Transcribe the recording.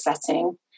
setting